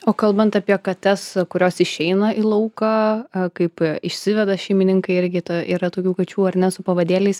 o kalbant apie kates kurios išeina į lauką kaip išsiveda šeimininkai irgi yra tokių kačių ar ne su pavadėliais